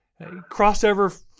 crossover